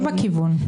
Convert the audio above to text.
היא מאוד בכיוון.